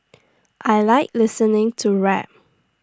I Like listening to rap